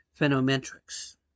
Phenometrics